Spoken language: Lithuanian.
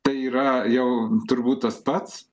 tai yra jau turbūt tas pats